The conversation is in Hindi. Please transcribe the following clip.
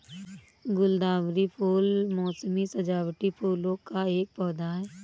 गुलदावरी फूल मोसमी सजावटी फूलों का एक पौधा है